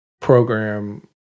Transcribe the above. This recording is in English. program